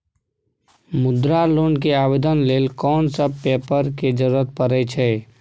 मुद्रा लोन के आवेदन लेल कोन सब पेपर के जरूरत परै छै?